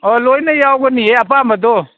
ꯑꯣ ꯂꯣꯏꯅ ꯌꯥꯎꯒꯅꯤꯌꯦ ꯑꯄꯥꯝꯕꯗꯣ